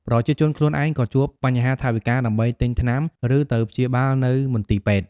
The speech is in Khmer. ប្រជាជនខ្លួនឯងក៏ជួបបញ្ហាថវិកាដើម្បីទិញថ្នាំ ឬទៅព្យាបាលនៅមន្ទីរពេទ្យ។